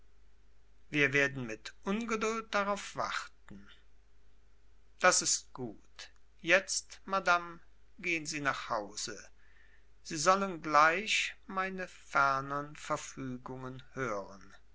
wir werden mit ungeduld darauf warten das ist gut jetzt madame gehen sie nach hause sie sollen gleich meine fernern verfügungen hören